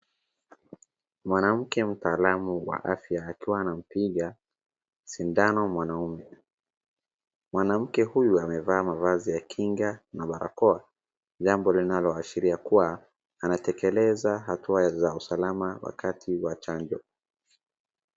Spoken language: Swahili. Mwanamke mtaalamu wa afya akiwa anampiga sindano mwanaume mwanamke huyu amevaa mavazi ya kinga na barakoa jambo linaloashiria kuwa anatekeleza hatua za usalama wakati wa chanjo.